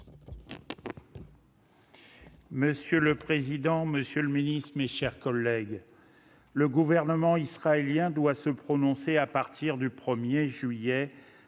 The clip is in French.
Monsieur le président, monsieur le ministre, mes chers collègues, le gouvernement israélien doit se prononcer à partir du 1 juillet sur